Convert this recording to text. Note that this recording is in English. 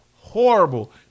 horrible